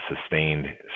sustained